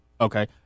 Okay